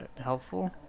helpful